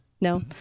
no